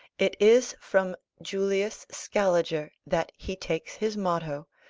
it is from julius scaliger that he takes his motto,